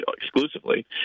exclusively –